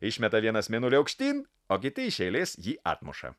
išmeta vienas mėnulį aukštyn o kiti iš eilės jį atmuša